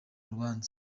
rubanza